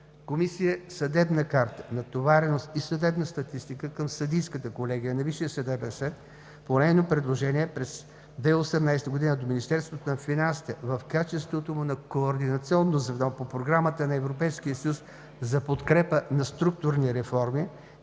Комисия „Съдебна карта, натовареност и съдебна статистика“ към Съдийската колегия на Висшия съдебен съвет – по нейно предложение през 2018 г. до Министерството на финансите, в качеството му на координационно звено по Програмата на Европейския съюз за подкрепа на структурни реформи,